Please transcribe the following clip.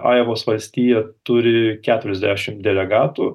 ajovos valstija turi keturiasdešimt delegatų